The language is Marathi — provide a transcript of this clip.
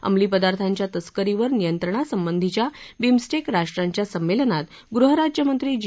अंमली पदार्थांच्या तस्करीवर नियंत्रणासंबंधीच्या बिमस्टेक राष्ट्रांच्या संमेलनात गृह राज्यमंत्री जी